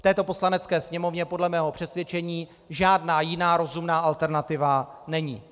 V této Poslanecké sněmovně podle mého přesvědčení žádná jiná rozumná alternativa není.